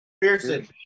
Pearson